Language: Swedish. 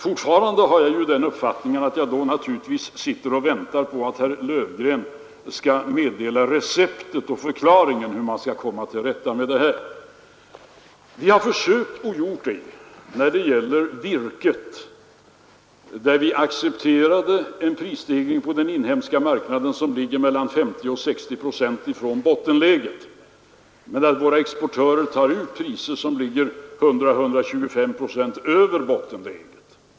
Fortfarande sitter jag då naturligtvis och väntar på att herr Löfgren skall meddela receptet och förklaringen till hur man skall komma till rätta med detta. Vi har försökt göra det när det gäller virket och har accepterat en prisstegring på den inhemska marknaden som ligger mellan 50 och 60 procent över bottenläget medan våra exportörer tar ut priser som ligger 100-125 procent över bottenläget på exportkvantiteterna.